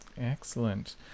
Excellent